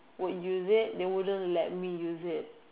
would use it they wouldn't let me use it